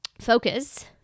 focus